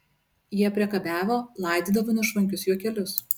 jie priekabiavo laidydavo nešvankius juokelius